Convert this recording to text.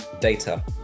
Data